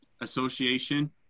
Association